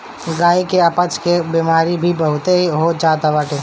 गाई के अपच के बेमारी भी बहुते हो जात हवे